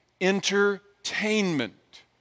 entertainment